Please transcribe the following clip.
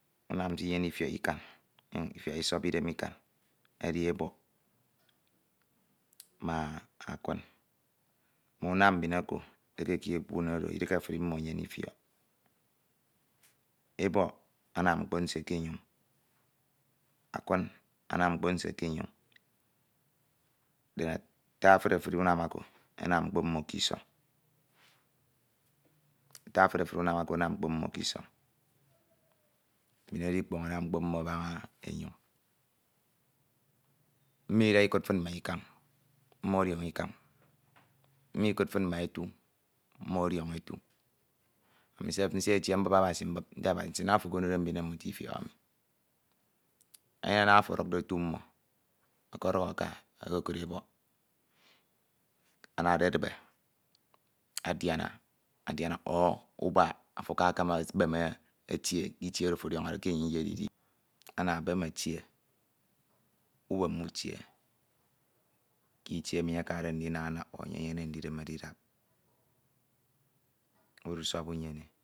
Unam s'enyene ifiọk inyuñ ifiak isọp idem ikañ edi ebọk ma akein mme unam mbin oko ekeki ekpun. Oro idighe efuri mmo enyene ifiọk, ebọk anam mkpo nsie ke enyoñ, akwin anam mkpo nsie ke enyoñ, deata efuri efuri unam mbin oko enam mkpo mmo k'isọñ. Ata efuri efuri unam mbin oko anam mkpo mmo k'isọñ, mmo ida ikud fin ma ikañ, mmo ọdiọñọ ikañ. mmo ikud fin ma ete, mmo ọdiọñọ etu, ani sef nsitetie mbup Abasi ete Abasi nsinam ofo onode mmo uti ifiọk emi, enyene naña afo ọdukde otu mmo ọkọduk aka, ofo o. o. ud ebọk ana ededibe, adiana, adiana ọ ubak ato akakama ekpeme k'itie oro afo ọdiọñọde ke enye iyedi idi, ana emem etie k'itie emi akade ndinana ọ enye enyemde ndidi idap, udusọp unyene e